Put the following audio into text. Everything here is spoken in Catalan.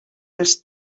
els